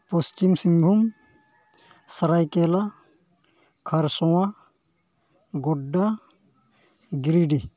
Paschim Singhbhum Saraikela Kharsawan Godda Giridih